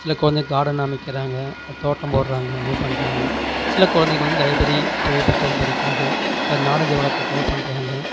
சில கொழந்தை காடன் அமைக்கிறாங்க தோட்டம் போடுறாங்க இந்த பண்ணுறாங்க சில குழந்தைகள் வந்து லைப்பரி போய் புத்தகம் படிக்கிறது தன் நாலேஜை வளர்த்துறக்காக பண்ணுறாங்க